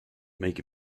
make